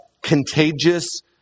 contagious